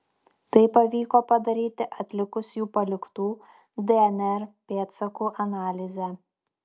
tai pavyko padaryti atlikus jų paliktų dnr pėdsakų analizę